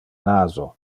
naso